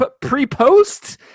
pre-post